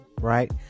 right